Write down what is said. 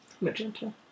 Magenta